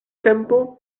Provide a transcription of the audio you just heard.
tempo